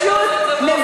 אתם פשוט מביכים.